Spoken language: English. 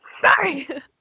sorry